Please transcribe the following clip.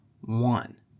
One